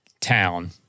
town